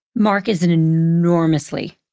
mark is an enormously,